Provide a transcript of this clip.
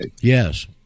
Yes